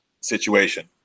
situation